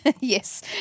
Yes